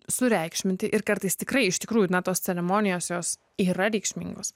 sureikšminti ir kartais tikrai iš tikrųjų na tos ceremonijos jos yra reikšmingos